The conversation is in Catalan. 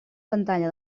pantalla